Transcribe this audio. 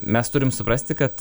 mes turim suprasti kad